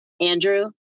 Andrew